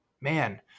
man